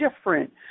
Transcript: different